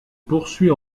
poursuit